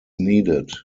needed